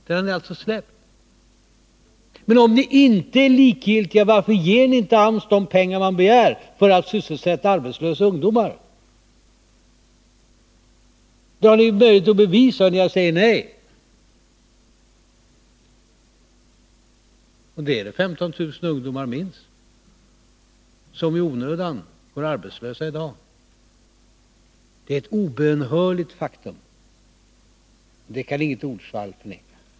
Den har ni alltså nu släppt. Men om ni inte är likgiltiga, varför ger ni då inte AMS de pengar som de begär för att sysselsätta arbetslösa ungdomar? Det finns ju ingen möjlighet att bevisa någonting om ni bara säger nej. Minst 15 000 ungdomar går i onödan arbetslösa i dag. Det är ett obönhörligt faktum; det kan inget ordsvall dölja.